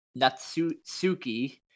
natsuki